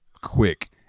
Quick